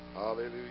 Hallelujah